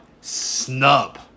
snub